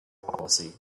policy